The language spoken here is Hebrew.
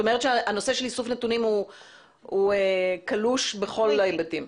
את אומרת שהנושא של איסוף נתונים הוא קלוש בכל ההיבטים.